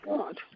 God